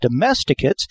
domesticates